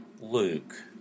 Luke